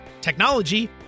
technology